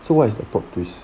so what is the plot twist